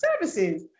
services